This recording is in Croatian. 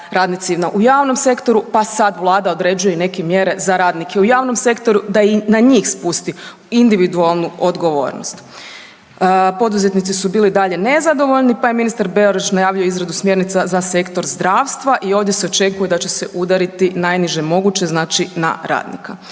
radnicima u javnom sektoru, pa sad Vlada određuje i neke mjere za radnike u javnom sektoru, da i na njih spusti individualnu odgovornost. Poduzetnici su bili i dalje nezadovoljni pa je ministar Beroš najavio izradu smjernica za sektor zdravstva i ovdje se očekuje da će se udariti najniže moguće, znači na radnika,